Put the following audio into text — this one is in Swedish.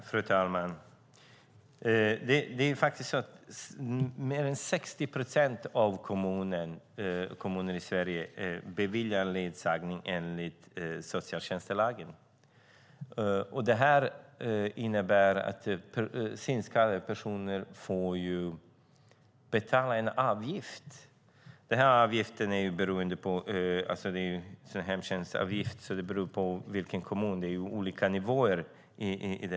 Fru talman! Mer än 60 procent av kommunerna i Sverige beviljar ledsagning enligt socialtjänstlagen. Det innebär att synskadade personer får betala en avgift. Avgiften är en hemtjänstavgift, så det beror på i vilken kommun man bor i eftersom det är olika nivåer.